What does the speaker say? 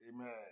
Amen